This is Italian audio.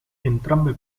entrambe